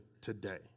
today